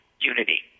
unity